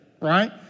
right